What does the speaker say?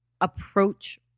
approach